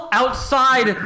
outside